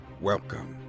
Welcome